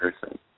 person